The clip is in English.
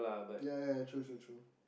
ya ya true true true